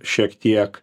šiek tiek